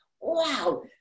wow